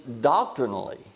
doctrinally